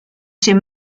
ses